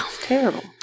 Terrible